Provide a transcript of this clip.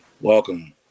welcome